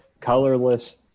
colorless